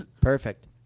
Perfect